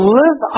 live